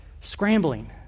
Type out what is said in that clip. scrambling